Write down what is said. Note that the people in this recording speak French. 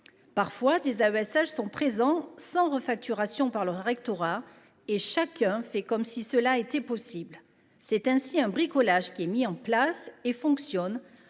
Parfois, des AESH sont présents sans refacturation par leur rectorat, et chacun fait comme si cela était possible. C’est ainsi un bricolage qui est mis en place, et qui fonctionne